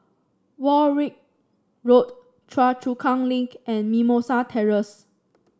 Warwick Road Choa Chu Kang Link and Mimosa Terrace